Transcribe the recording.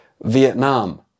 Vietnam